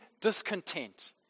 discontent